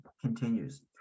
continues